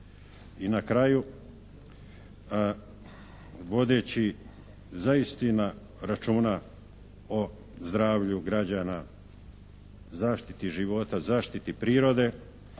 I na kraju vodeći zaistinu računa o zdravlju građana, zaštiti života, zaštiti prirode,